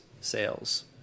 sales